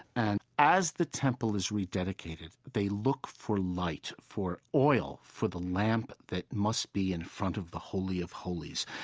and as the temple is rededicated, they look for light, for oil, for the lamp that must be in front of the holy of holies,